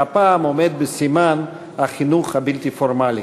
שהפעם עומד בסימן החינוך הבלתי-פורמלי.